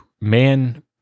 man